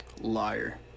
Liar